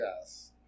yes